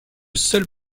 seul